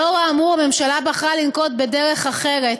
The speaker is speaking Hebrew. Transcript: לאור האמור, הממשלה בחרה לנקוט דרך אחרת,